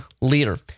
Leader